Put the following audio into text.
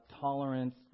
tolerance